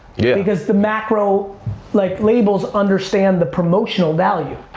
yeah. because the macro like labels understand the promotional value.